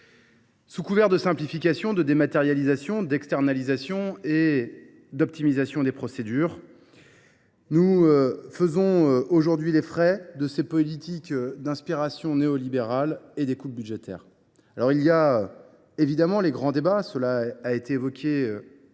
Sous couvert de simplification, de dématérialisation, d’externalisation et d’optimisation des procédures, nous faisons aujourd’hui les frais de ces politiques d’inspiration néolibérale et des coupes budgétaires qui les accompagnent. Si les grands débats autour de